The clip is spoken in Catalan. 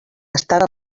estava